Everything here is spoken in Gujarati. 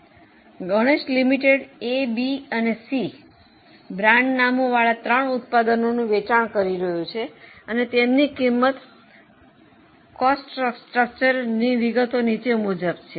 તેથી ગણેશ લિમિટેડ એ બી અને C A B and C brand નામોવાળા ત્રણ ઉત્પાદનોનું વેચાણ કરી રહ્યું છે અને તેમની કિંમત રચનાઓની વિગતો નીચે મુજબ છે